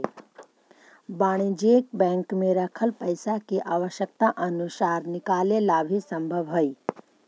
वाणिज्यिक बैंक में रखल पइसा के आवश्यकता अनुसार निकाले ला भी संभव हइ